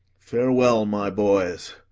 farewell, my boys!